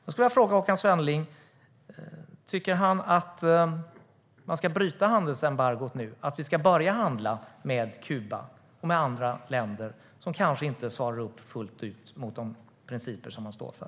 Tycker Håkan Svenneling att handelsembargot ska brytas, att vi ska börja handla med Kuba och med andra länder som kanske inte svarar fullt ut mot de principer man står för?